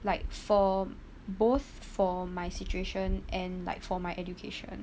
like for both for my situation and like for my education